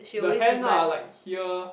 the hand lah like here